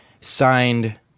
signed